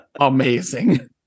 amazing